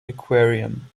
aquarium